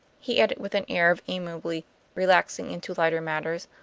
he added with an air of amiably relaxing into lighter matters,